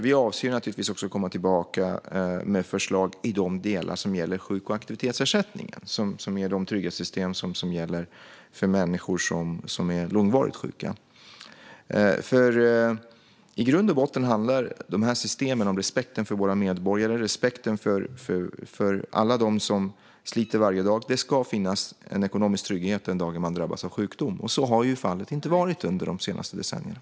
Vi avser att också komma tillbaka med förslag i de delar som gäller sjuk och aktivitetsersättningen, som är trygghetssystemen för de människor som är långvarigt sjuka. I grund och botten handlar dessa system om respekten för våra medborgare och för alla som sliter varje dag. Det ska finnas en ekonomisk trygghet den dag man drabbas av sjukdom, men så har fallet inte varit under de senaste decennierna.